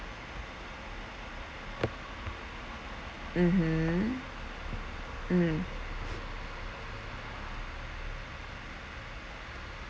mmhmm mm